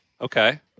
okay